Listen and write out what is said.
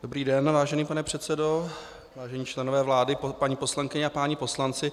Dobrý den, vážený pane předsedo, vážení členové vlády, paní poslankyně a páni poslanci.